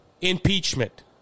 impeachment